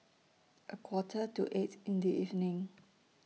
A Quarter to eight in The evening